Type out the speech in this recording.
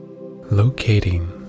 locating